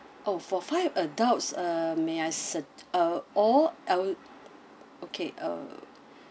oh for five adults uh may I su~ or I'll okay uh